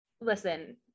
listen